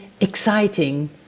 exciting